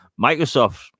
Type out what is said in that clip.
Microsoft